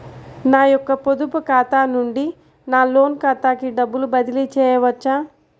నా యొక్క పొదుపు ఖాతా నుండి నా లోన్ ఖాతాకి డబ్బులు బదిలీ చేయవచ్చా?